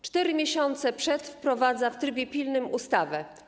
4 miesiące przed tym wprowadza w trybie pilnym ustawę.